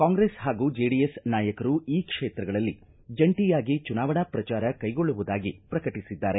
ಕಾಂಗ್ರೆಸ್ ಹಾಗೂ ಜೆಡಿಎಸ್ ನಾಯಕರು ಈ ಕ್ಷೇತ್ರಗಳಲ್ಲಿ ಜಂಟಯಾಗಿ ಚುನಾವಣಾ ಪ್ರಚಾರ ಕೈಗೊಳ್ಳುವುದಾಗಿ ಪ್ರಕಟಿಸಿದ್ದಾರೆ